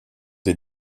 des